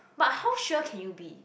but how sure can you be